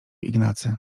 ignacy